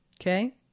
Okay